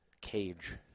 cage